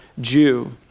Jew